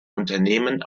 unternehmen